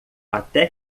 até